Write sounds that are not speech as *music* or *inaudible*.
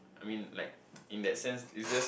I mean like *noise* in that sense it's just